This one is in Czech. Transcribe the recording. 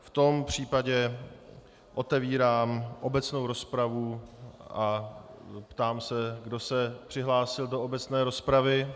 V tom případě otevírám obecnou rozpravu a ptám se, kdo se přihlásil do obecné rozpravy.